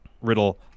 Riddle